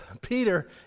Peter